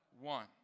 one